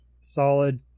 solid